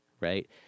right